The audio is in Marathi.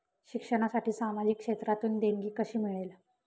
शिक्षणासाठी सामाजिक क्षेत्रातून देणगी कशी मिळेल?